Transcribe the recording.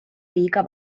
liiga